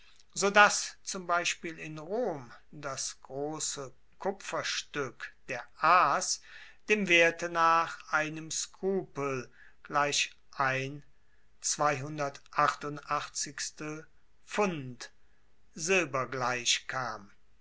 so dass zum beispiel in rom das grosse kupferstueck der as dem werte nach einem skrupel silber